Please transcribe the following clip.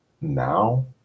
now